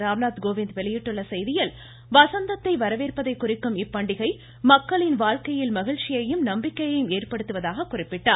ராம்நாத் கோவிந்த் வெளியிட்டுள்ள செய்தியில் வசந்தத்தை வரவேற்பதை குறிக்கும் இப்பண்டிகை மக்களின் வாழ்க்கையில் மகிழ்ச்சியையும் நம்பிக்கையையும் ஏற்படுத்துவதாக குறிப்பிட்டார்